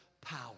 power